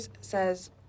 says